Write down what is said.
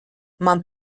man